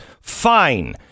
Fine